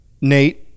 Nate